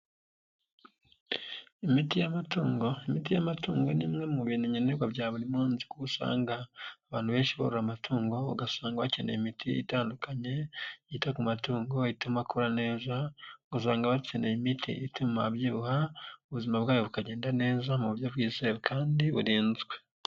Imiti y'amatungo. Imiti y'amatungo ni imwe mu bintu nkenerwa bya buri munsi kuko usanga abantu benshi babura amatungo ugasanga bakeneye imiti itandukanye yita ku matungo. Bahitamo akora neza usanga bakeneye imiti ituma ababyibuha ubuzima bwabo bukagenda neza mu buryo bwizewe kandi burinzwe.